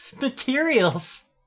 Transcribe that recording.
materials